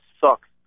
sucks